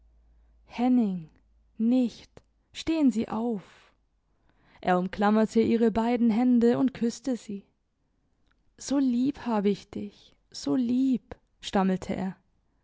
henning nicht stehen sie auf er umklammerte ihre beiden hände und küsste sie so lieb hab ich dich so lieb stammelte er